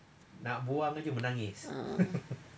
a'ah